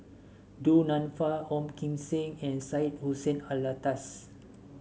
Du Nanfa Ong Kim Seng and Syed Hussein Alatas